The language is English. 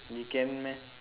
can meh